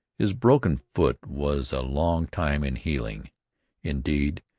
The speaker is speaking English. his broken foot was a long time in healing indeed,